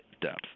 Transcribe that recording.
depth